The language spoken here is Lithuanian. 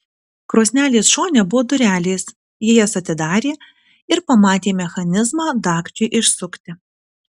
krosnelės šone buvo durelės ji jas atidarė ir pamatė mechanizmą dagčiui išsukti